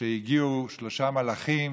כשהגיעו שלושה מלאכים,